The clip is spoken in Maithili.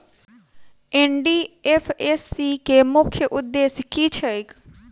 एन.डी.एफ.एस.सी केँ मुख्य उद्देश्य की छैक?